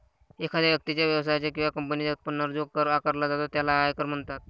एखाद्या व्यक्तीच्या, व्यवसायाच्या किंवा कंपनीच्या उत्पन्नावर जो कर आकारला जातो त्याला आयकर म्हणतात